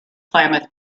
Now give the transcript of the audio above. klamath